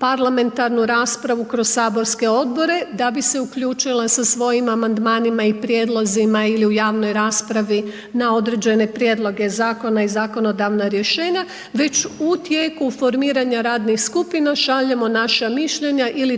parlamentarnu raspravu kroz saborske odbore da bi se uključila sa svojim amandmanima i prijedlozima ili u javnoj raspravi na određene prijedloge zakona i zakonodavna rješenja već u tijeku formiranja radnih skupina, šaljemo naša mišljenja ili tražimo